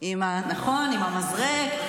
נכון, עם המזרק.